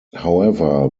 however